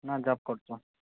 ନା ଜବ୍ କରୁଛୁ